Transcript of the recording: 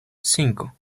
cinco